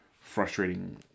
frustrating